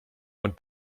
und